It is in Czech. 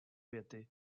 věty